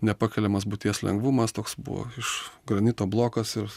nepakeliamas būties lengvumas toks buvo iš granito blokas ir